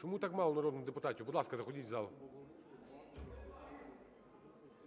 Чому так мало народних депутатів? Будь ласка, заходіть у зал.